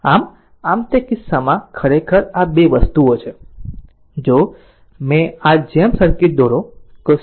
આમ આમ તે કિસ્સામાં ખરેખર આ 2 વસ્તુઓ છે જો આ જેમ સર્કિટ દોરો કે 0